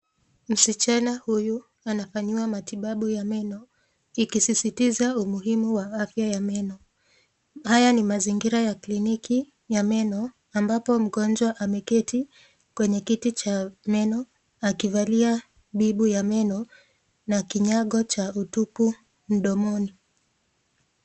Msichana huyu anafanyiwa matibabu ya meno, ikisisitiza umuhimu wa afya ya meno. Haya ni mazingira ya kliniki ya meno ambapo mgonjwa ameketi kwenye kiti cha meno akivalia bibu ya meno na kinyago cha utupu mdomoni.